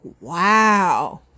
Wow